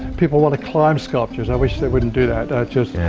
people want to climb sculptures i wish they wouldn't do that, that just. yeah.